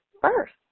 first